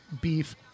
beef